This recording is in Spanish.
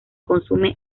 consume